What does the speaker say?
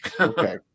Okay